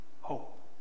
hope